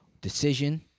Decision